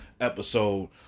episode